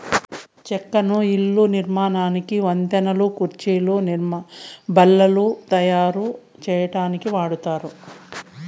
చెక్కను ఇళ్ళ నిర్మాణానికి, వంతెనలు, కుర్చీలు, బల్లలు తాయారు సేయటానికి వాడతారు